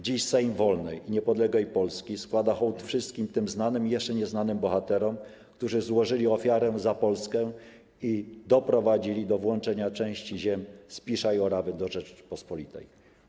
Dziś Sejm wolnej i niepodległej Polski składa hołd wszystkim tym znanym i jeszcze nieznanym bohaterom, którzy złożyli ofiarę za Polskę i doprowadzili do włączenia części ziem Spisza i Orawy do Rzeczypospolitej.